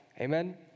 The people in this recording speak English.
Amen